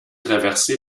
traversé